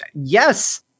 Yes